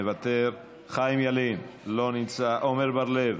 מוותר, חיים ילין, לא נמצא, עמר בר-לב,